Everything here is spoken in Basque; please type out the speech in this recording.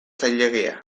zailegia